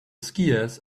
skiers